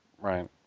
Right